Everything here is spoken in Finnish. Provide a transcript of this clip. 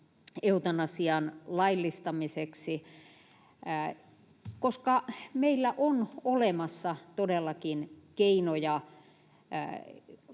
eutanasian laillistamiseksi, koska meillä on olemassa todellakin keinoja